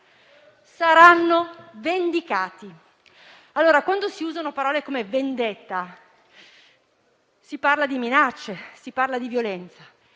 saranno vendicati». Quando si usano parole come vendetta, si parla di minacce e di violenza.